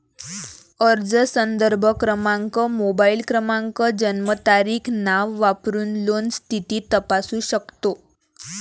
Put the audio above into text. अर्ज संदर्भ क्रमांक, मोबाईल क्रमांक, जन्मतारीख, नाव वापरून लोन स्थिती तपासू शकतो